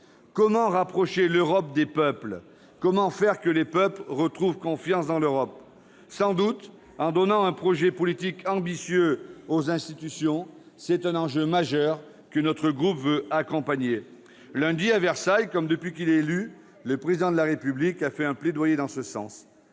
comment rapprocher l'Europe des peuples ? Comment faire que les peuples retrouvent confiance dans l'Europe ? Sans doute en donnant un projet politique ambitieux aux institutions. C'est un enjeu majeur, que notre groupe veut accompagner. Lundi, à Versailles, comme à chaque occasion depuis son élection, le Président de la République a prononcé un plaidoyer dans ce sens.